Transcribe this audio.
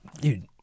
Dude